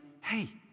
hey